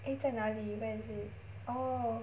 eh 在哪里 where is it oh